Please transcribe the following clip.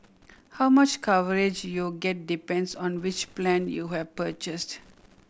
how much coverage you get depends on which plan you have purchased